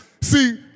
See